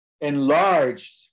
enlarged